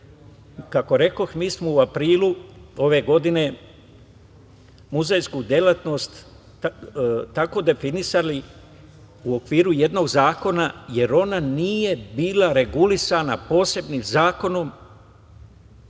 kako rekoh, mi smo u aprilu ove godine muzejsku delatnost tako definisali u okviru jednog zakona jer ona nije bila regulisana posebnim zakonom